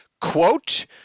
quote